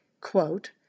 Quote